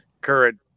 current